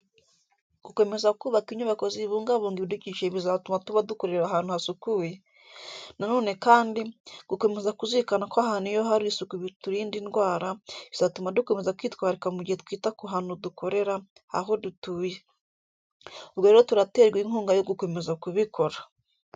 Gukomeza kubaka inyubako zibungabunga ibidukikije bizatuma tuba dukorera ahantu hasukuye. Na none kandi, gukomeza kuzirikana ko ahantu iyo hari isuku biturinda indwara, bizatuma dukomeza kwitwararika mu gihe twita ku hantu dukorera, aho dutuye. Ubwo rero turaterwa inkunga yo gukomeza kubikora.